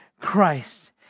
Christ